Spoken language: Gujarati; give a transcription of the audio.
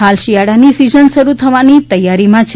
ફાલ શિયાળાની સિઝન શરૂ થવાની તૈયારીમાં છે